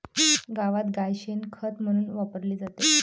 गावात गाय शेण खत म्हणून वापरली जाते